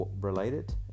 related